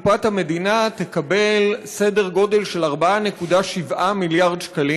קופת המדינה תקבל סדר גודל של 4.7 מיליארד שקלים.